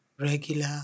regular